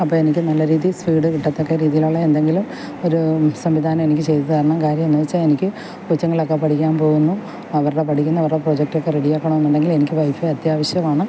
അപ്പോൾ എനിക്ക് നല്ല രീതിയിൽ സ്പീഡ് കിട്ടത്തക്ക രീതിയിലുള്ള എന്തെങ്കിലും ഒരു സംവിധാനം എനിക്ക് ചെയ്ത് തരണം കാര്യം എന്ന് വെച്ചാൽ എനിക്ക് കൊച്ചുങ്ങളൊക്കെ പഠിക്കാൻ പോകുന്നു അവരുടെ പഠിക്കുന്ന അവരുടെ പ്രൊജക്റ്റ് ഒക്കെ റെഡിയാക്കണം എന്നുണ്ടെങ്കിൽ എനിക്ക് വൈഫൈ അത്യാവശ്യമാണ്